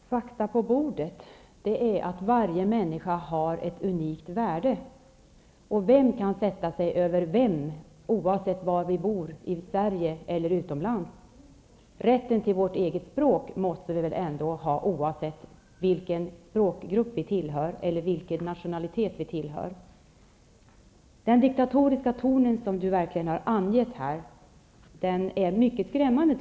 Herr talman! Ja, fakta på bordet det är att varje människa har ett unikt värde. Vem kan sätta sig över vem, oavsett bostadsort -- oavsett om det är i Sverige eller utomlands? Rätten till vårt eget språk måste vi väl ha, oberoende av språkgrupp eller nationalitet. Den diktatoriska tonen hos Lars Moquist tycker jag är mycket skrämmande.